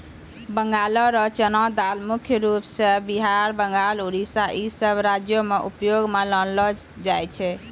बंगालो के चना दाल मुख्य रूपो से बिहार, बंगाल, उड़ीसा इ सभ राज्यो मे उपयोग मे लानलो जाय छै